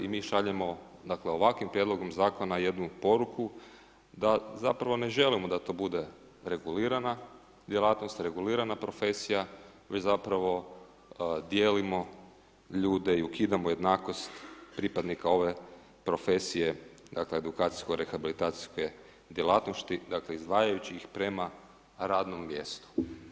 I mi šaljemo dakle ovakvim prijedlogom zakona jednu poruku da zapravo ne želimo da to bude regulirana djelatnost, regulirana profesija, već zapravo dijelimo ljude i ukidamo jednakost pripadnika ove profesije, dakle edukacijsko rehabilitacijske djelatnosti dakle izdvajajući ih prema radnom mjestu.